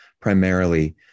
primarily